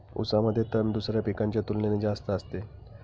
ऊसामध्ये तण दुसऱ्या पिकांच्या तुलनेने जास्त असते